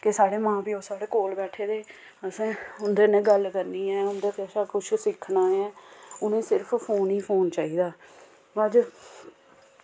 कि साढ़े मां प्योऽ साढ़े कोल बैठे दे उसें उं'दे नै गल्ल करनी ऐ असें उं'दे कशा किश सिक्खना ऐ उ'नें गी सिर्फ फोन गे फोन चाहिदा